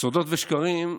סודות ושקרים,